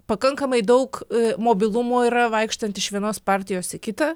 pakankamai daug mobilumo yra vaikštant iš vienos partijos į kitą